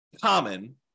common